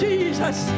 Jesus